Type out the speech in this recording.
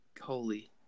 Holy